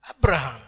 Abraham